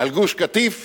על גוש-קטיף